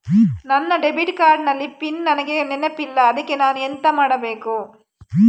ನನ್ನ debit card ನ PIN ನನಗೆ ನೆನಪಿಲ್ಲ ಅದ್ಕೆ ನಾನು ಎಂತ ಮಾಡಬೇಕು?